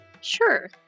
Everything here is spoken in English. Sure